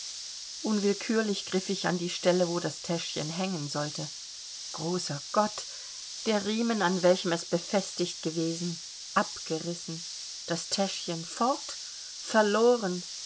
unwillkürlich griff ich an die stelle wo das täschchen hängen sollte großer gott der riemen an welchem es befestigt gewesen abgerissen das täschchen fort verloren